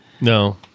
No